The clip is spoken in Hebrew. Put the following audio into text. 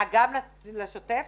גם לשוטף?